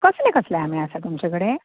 कसले कसले आंबें आसा तुमचे कडेन